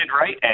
right